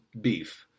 beef